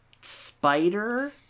spider